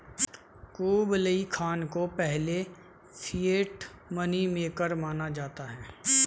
Kublai Khan को पहले fiat money maker माना जाता है